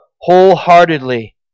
wholeheartedly